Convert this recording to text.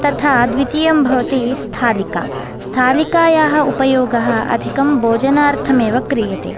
तथा द्वितीयं भवति स्थालिका स्थालिकायाः उपयोगः अधिकं भोजनार्थम् एव क्रियते